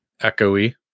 echoey